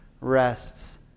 rests